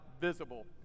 visible